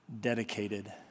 dedicated